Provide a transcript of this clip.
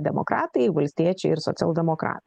demokratai valstiečiai ir socialdemokratai